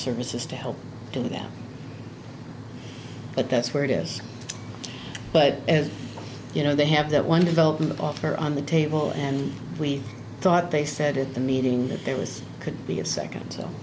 services to help to them but that's where it is but as you know they have that one development offer on the table and we thought they said at the meeting that there was could be a second